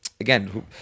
again